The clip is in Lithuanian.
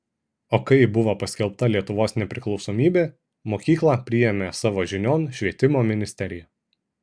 o kai buvo paskelbta lietuvos nepriklausomybė mokyklą priėmė savo žinion švietimo ministerija